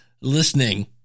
listening